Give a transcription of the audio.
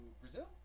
Brazil